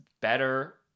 better